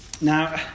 Now